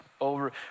over